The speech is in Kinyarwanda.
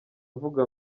avuga